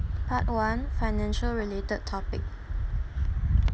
part one financial related topic